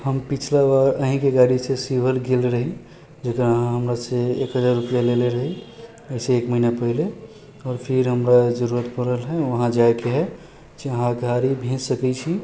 हम पिछला बार अहिंके गाड़ीसँ शिवहर गेल रही जकरा अहाँ हमरासँ एक हजार रुपआ लेले रही आइसँ एक महीना पहिले आओर फिर हमरा जरूरत पड़ल रहै उहाँ जाइके हय से अहाँ गाड़ी भेज सकै छी